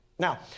Now